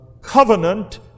covenant